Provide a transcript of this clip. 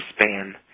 span